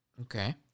Okay